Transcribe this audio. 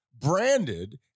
branded